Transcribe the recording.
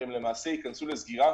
הם ייכנסו לסגירה.